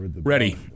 Ready